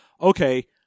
okay